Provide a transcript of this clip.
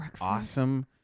awesome